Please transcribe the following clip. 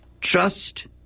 Trust